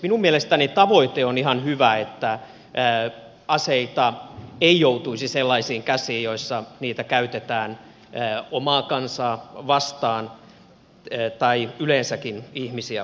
minun mielestäni tavoite on ihan hyvä että aseita ei joutuisi sellaisiin käsiin joissa niitä käytetään omaa kansaa vastaan tai yleensäkin ihmisiä vastaan